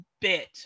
bit